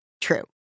True